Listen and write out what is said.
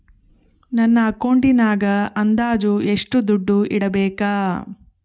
ನನ್ನ ಅಕೌಂಟಿನಾಗ ಅಂದಾಜು ಎಷ್ಟು ದುಡ್ಡು ಇಡಬೇಕಾ?